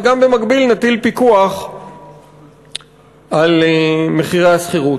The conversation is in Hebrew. ובמקביל גם נטיל פיקוח על מחירי השכירות.